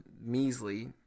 measly